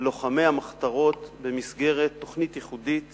לוחמי המחתרות במסגרת תוכנית ייחודית